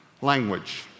language